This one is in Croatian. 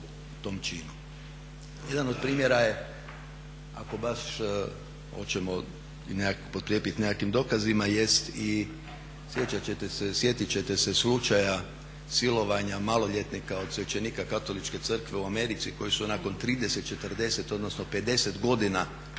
Jedan od primjera je ako baš hoćemo i potkrijepiti nekakvim dokazima jest i, sjećate čete se, sjetiti ćete se slučaja silovanja maloljetnika od svećenika Katoličke crkve u Americi koji su nakon 30, 40, odnosno 50 godina